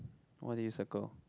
what did you circle